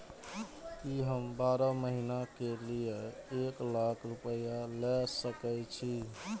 की हम बारह महीना के लिए एक लाख रूपया ले सके छी?